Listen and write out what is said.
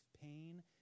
pain